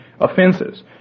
offenses